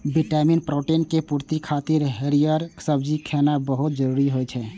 vitamin, protein के पूर्ति खातिर हरियर सब्जी खेनाय बहुत जरूरी होइ छै